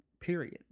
Period